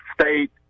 state